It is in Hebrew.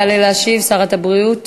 תעלה להשיב שרת הבריאות